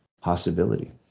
possibility